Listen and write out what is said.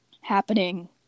happening